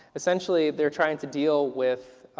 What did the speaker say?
essentially they are trying to deal with